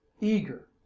eager